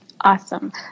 Awesome